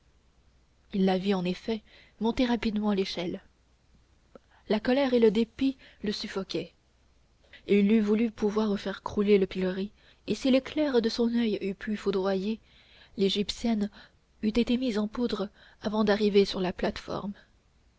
il la vit en effet monter rapidement l'échelle la colère et le dépit le suffoquaient il eût voulu pouvoir faire crouler le pilori et si l'éclair de son oeil eût pu foudroyer l'égyptienne eût été mise en poudre avant d'arriver sur la plate-forme